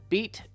Beat